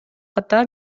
ката